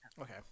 Okay